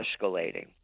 escalating